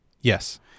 yes